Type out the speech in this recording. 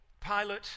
Pilate